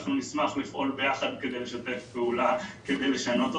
אנחנו נשמח לפעול ביחד כדי לשתף פעולה כדי לשנות אותו,